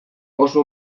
oso